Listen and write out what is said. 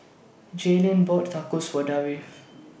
Jaylene bought Tacos For Davie